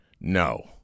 no